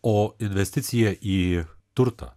o investicija į turtą